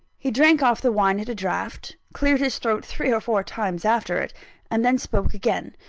he drank off the wine at a draught cleared his throat three or four times after it and then spoke again.